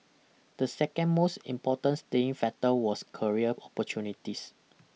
the second most important staying factor was career opportunities